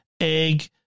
egg